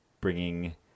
bringing